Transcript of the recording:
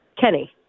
Kenny